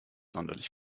sonderlich